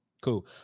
Cool